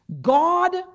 God